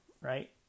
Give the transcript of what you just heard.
right